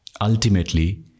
ultimately